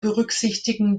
berücksichtigen